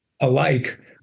alike